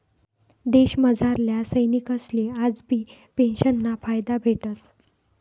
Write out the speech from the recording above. देशमझारल्या सैनिकसले आजबी पेंशनना फायदा भेटस